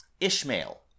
Ishmael